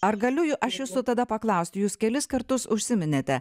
ar galiu ju aš jūsų tada paklausti jūs kelis kartus užsiminėte